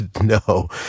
no